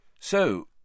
So